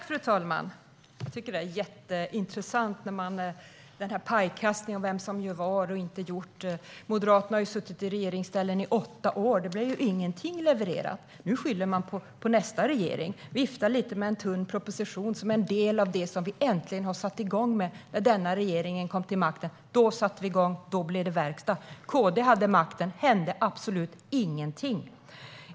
Fru talman! Jag tycker att det är jätteintressant med denna pajkastning om vem som gör vad och vad som inte har gjorts. Moderaterna har ju suttit i regeringsställning i åtta år. Då blev ingenting levererat. Nu skyller man på nästa regering och viftar lite med en tunn proposition som innehåller en del av det som vi äntligen satte igång med när denna regering kom till makten. Då satte vi igång, och då blev det verkstad. KD hade makten, men det hände absolut ingenting.